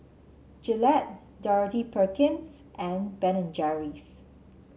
Gillette Dorothy Perkins and Ben and Jerry's